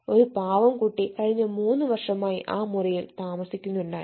ആ പാവം കുട്ടി കഴിഞ്ഞ 3 വർഷമായി ആ മുറിയിൽ താമസിക്കുന്നുണ്ടായിരുന്നു